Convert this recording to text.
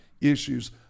issues